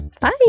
Bye